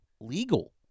legal